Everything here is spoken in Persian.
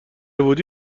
بودی